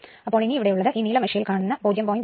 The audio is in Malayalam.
അപ്പോൾ ഇനി ഇവിടെ ഉള്ളത് ഈ നീല മഷിയിൽ കാണുന്ന 0